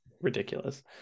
ridiculous